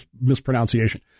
mispronunciation